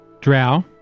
Drow